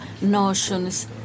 notions